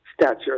stature